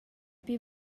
pli